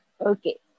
Okay